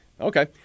okay